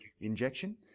injection